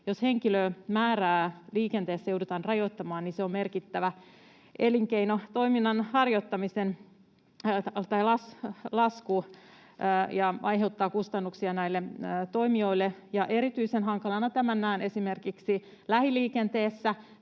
Jos henkilömäärää liikenteessä joudutaan rajoittamaan, niin se on merkittävä elinkeinotoiminnan harjoittamisen lasku ja aiheuttaa kustannuksia näille toimijoille. Erityisen hankalana tämän näen esimerkiksi lähiliikenteessä,